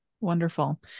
Wonderful